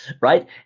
right